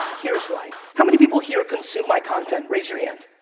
here's why. how many people here consume my content? raise your hand.